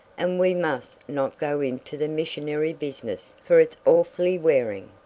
and we must not go into the missionary business for it's awfully wearing.